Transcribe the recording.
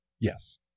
Yes